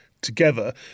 together